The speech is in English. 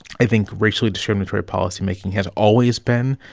i think, racially discriminatory policymaking has always been,